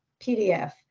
PDF